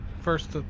First